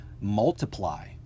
multiply